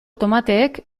tomateek